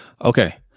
Okay